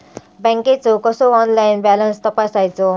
बँकेचो कसो online balance तपासायचो?